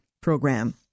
program